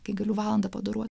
kai galiu valandą padarų